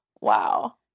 wow